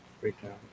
breakdown